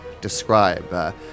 describe